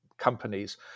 companies